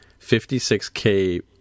56K